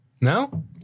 No